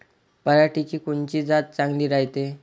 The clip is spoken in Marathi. पऱ्हाटीची कोनची जात चांगली रायते?